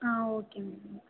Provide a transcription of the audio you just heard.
ah okay ma'am